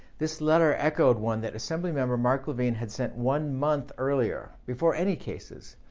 this letter echoed one that assemblyman mark levine had sent one month earlier, before any cases,